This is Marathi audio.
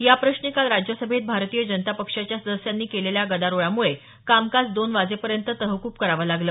याप्रश्नी काल राज्यसभेत भारतीय जनता पक्षाच्या सदस्यांनी केलेल्या गदारोळामुळे कामकाज दोन वाजेपर्यंत तहकूब करावं लागलं